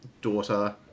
daughter